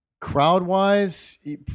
Crowd-wise